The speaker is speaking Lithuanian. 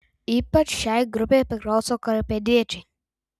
ypač šiai grupei priklauso klaipėdiečiai